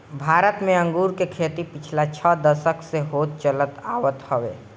भारत में अंगूर के खेती पिछला छह दशक से होत चलत आवत हवे